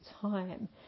time